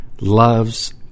loves